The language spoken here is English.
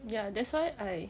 ya that's why I